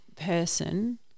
person